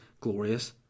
glorious